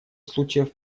случаев